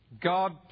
God